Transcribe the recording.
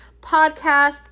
podcast